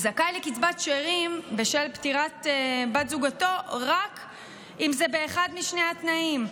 הוא זכאי לקצבת שאירים בשל פטירת בת זוגתו רק אם זה באחד משני התנאים: